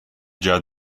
gia